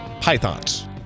pythons